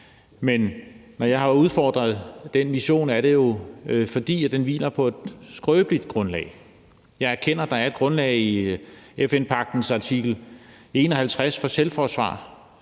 Men når jeg har udfordret den mission, er det jo, fordi den hviler på et skrøbeligt grundlag. Jeg erkender, at der er et grundlag i FN-pagtens artikel 51 for selvforsvar,